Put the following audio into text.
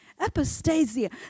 Epistasia